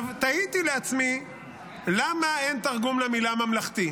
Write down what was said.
תהיתי לעצמי למה אין תרגום למילה ממלכתי,